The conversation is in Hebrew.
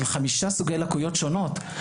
יושבים תלמידים עם חמישה סוגי לקויות שונות.